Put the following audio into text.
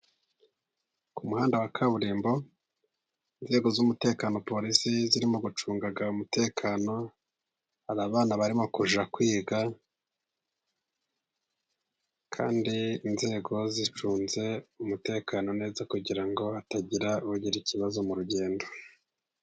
Ku muhanda wa kaburimbo inzego z'umutekano polisi zirimo gucunga umutekano, hari abana barimo kujya kwiga kandi inzego zicunze umutekano neza kugira ngo hatagira ugira ikibazo mu rugendo.